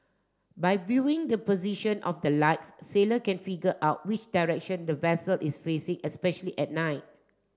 by viewing the position of the lights sailor can figure out which direction the vessel is facing especially at night